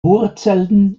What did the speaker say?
wurzeln